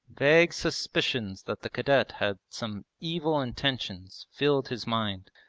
vague suspicions that the cadet had some evil intentions filled his mind.